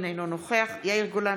אינו נוכח ניר ברקת,